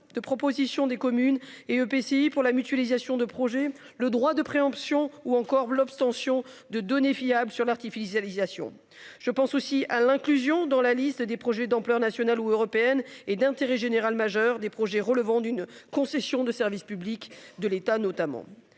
de propositions des communes et EPCI pour la mutualisation de projet. Le droit de préemption ou encore l'obtention de données fiables sur l'artificialisation je pense aussi à l'inclusion dans la liste des projets d'ampleur nationale ou européenne et d'intérêt général majeur des projets relevant d'une concession de service public de l'État notamment